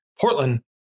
Portland